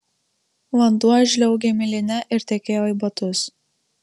vanduo žliaugė miline ir tekėjo į batus